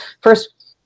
first